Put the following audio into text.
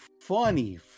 funny